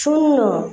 শূন্য